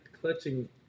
clutching